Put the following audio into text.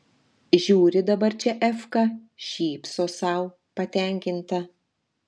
žiūri dabar čia efka šypsos sau patenkinta